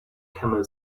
camel